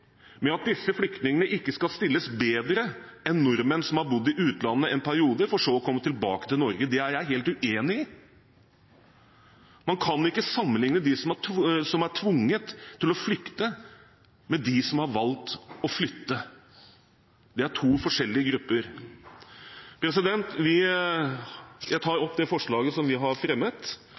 med at disse flyktningene ikke skal stilles bedre enn nordmenn som har bodd i utlandet en periode for så å komme tilbake til Norge. Det er jeg helt uenig i. Man kan ikke sammenlikne dem som er tvunget til å flykte, med dem som har valgt å flytte. Det er to forskjellige grupper. Jeg tar opp forslaget vi har fremmet,